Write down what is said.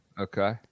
Okay